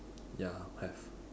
ya have